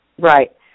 Right